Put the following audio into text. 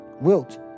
wilt